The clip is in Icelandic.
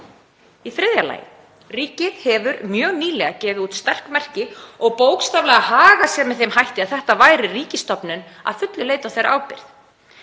Í þriðja lagi: Ríkið hefur mjög nýlega gefið út sterk merki og bókstaflega hagað sér með þeim hætti að þetta væri ríkisstofnun að fullu leyti á ábyrgð